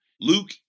Luke